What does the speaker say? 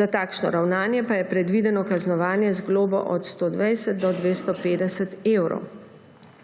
za takšno ravnanje pa je predvideno kaznovanje z globo od 120 do 250 evrov.